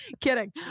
Kidding